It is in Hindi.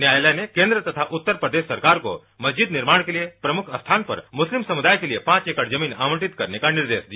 न्यायालय ने केन्द्र तथा उत्तरप्रदेश सरकार को मस्जिद निर्माण के लिए प्रमुख स्थान पर मुस्लिम समुदाय के लिए पांच एकड़ जमीन आवंटित करने का निर्देश दिया